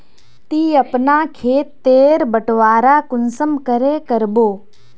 ती अपना खेत तेर बटवारा कुंसम करे करबो?